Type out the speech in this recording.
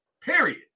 period